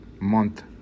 month